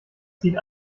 zieht